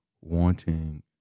wanting